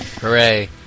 Hooray